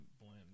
Blend